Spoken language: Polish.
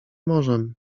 morzem